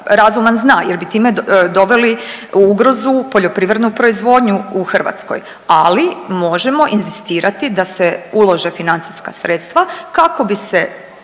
razuman zna jer bi time doveli ugrozu u poljoprivrednu proizvodnju u Hrvatskoj, ali možemo inzistirati da se ulože financijska sredstva kako bi se